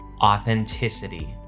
authenticity